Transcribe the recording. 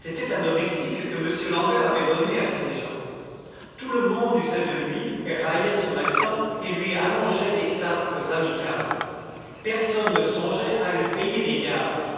c'était un domestique que m l'ambert avait donné à ses gens tout le monde usait de lui raillait son accent et lui allongeait des tapes amicales personne ne songeait à lui payer des gages